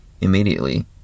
Immediately